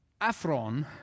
aphron